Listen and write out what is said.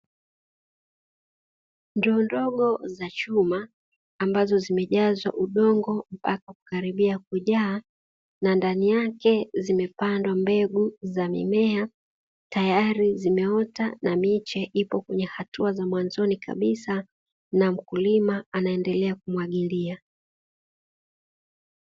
Ndoo ndogo za chuma ambazo zimejazwa udongo mpaka kukaribia kujaa,, na ndani yake zimepandwa mbegu za mimea, tayari zimeota na miche ipo kwenye hatua za mwanzoni kabisa, na mkulima anaendelea kumwagilia.